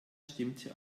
stimmte